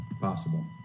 possible